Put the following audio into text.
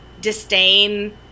disdain